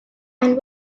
and